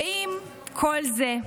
עם כל זה,